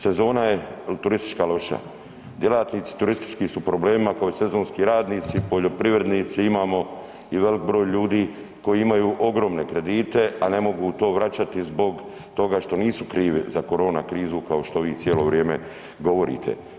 Sezona je turistička loša, djelatnici turistički su u problemima kao i sezonski radnici i poljoprivrednici, imamo i velik broj ljudi koji imaju ogromne kredite, a ne mogu to vraćati zbog toga što nisu krivi za korona krizu kao što vi cijelo vrijeme govorite.